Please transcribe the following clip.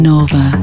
Nova